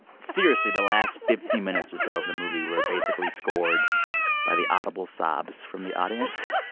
seriously, the last fifteen minutes or so of the movie were basically scored by the audible sobs from the audience.